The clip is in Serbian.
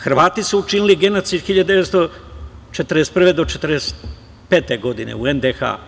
Hrvati su učinili genocid 1941. do 1945. godine u NDH.